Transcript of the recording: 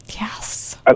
yes